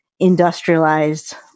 industrialized